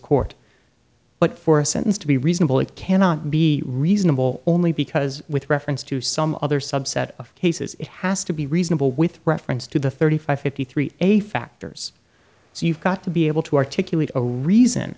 court but for a sentence to be reasonable it cannot be reasonable only because with reference to some other subset of cases it has to be reasonable with reference to the thirty five fifty three a factors so you've got to be able to articulate a reason